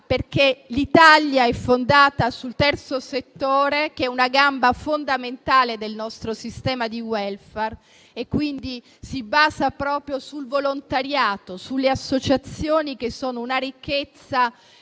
è infatti fondata sul terzo settore, che è una gamba fondamentale del nostro sistema di *welfare* e che si basa proprio sul volontariato e sulle associazioni, che sono una ricchezza